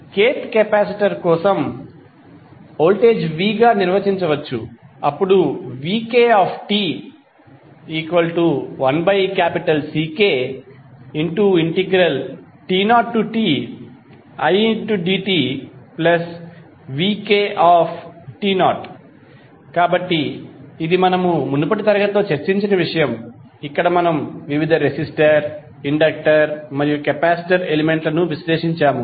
kth capacitor కోసం voltage v గా నిర్వచించవచ్చు vkt1Ckt0tidtvk కాబట్టి ఇది మనము మునుపటి తరగతిలో చర్చించిన విషయం ఇక్కడ మనము వివిధ రెసిస్టర్ ఇండక్టర్ మరియు కెపాసిటర్ ఎలిమెంట్లను విశ్లేషించాము